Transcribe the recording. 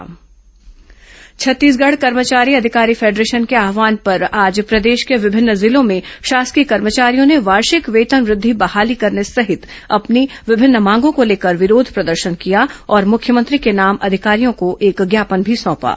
कर्मचारी संगठन प्रदर्शन छत्तीसगढ़ कर्मचारी अधिकारी फेडरेशन के आव्हान पर आज प्रदेश के विभिन्न जिलों में शासकीय कर्मचारियों ने वार्षिक वेतन वृद्धि बहाली करने सहित अपनी विभिन्न मांगों को लेकर विरोध प्रदर्शन किया और मुख्यमंत्री के नाम अधिकारियों को एक ज्ञापन भी सौंपा